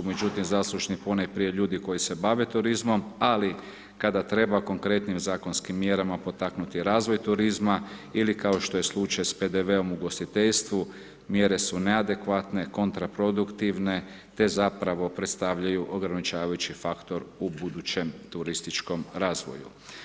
međutim zaslužni ponajprije ljudi koji se bave turizmom, ali kada treba konkretnim zakonskim mjerama potaknuti razvoj turizma, ili kao što je slučaj s PDV-om u ugostiteljstvu, mjere su neadekvatne, kontraproduktivne te zapravo predstavljaju ograničavajući faktor u budućem turističkom razvoju.